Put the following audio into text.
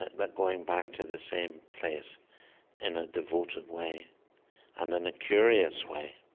but going back to the same place in a devoted way and in a curious way